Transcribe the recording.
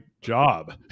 job